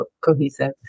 cohesive